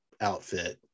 outfit